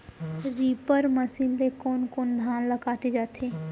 Reaper machine ले कोन कोन धान ल काटे जाथे?